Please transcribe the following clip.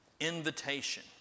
invitation